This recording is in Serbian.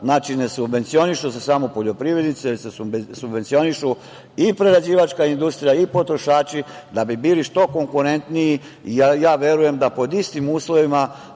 Znači, ne subvencionišu se samo poljoprivrednici, već se subvencionišu u prerađivačka industrija i potrošači, da bi bili što konkurentniji. Ja verujem da pod istim uslovima